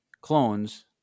clones